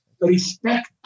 respect